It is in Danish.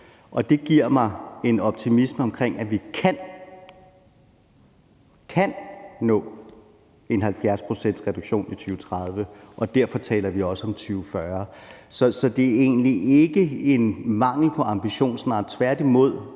det giver mig en optimisme, i forhold til at vi kan nå en 70-procentsreduktion i 2030 – og derfor taler vi også om 2040. Så det er egentlig ikke en mangel på ambition, snarere tværtimod;